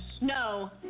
No